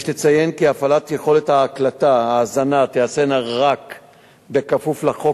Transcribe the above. יש לציין כי הפעלת יכולות הקלטה והאזנה תיעשה רק בכפוף לחוק